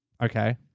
Okay